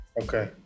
Okay